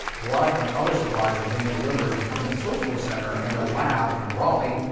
blood and other supplies are being delivered between a surgical center and a lab in raleigh.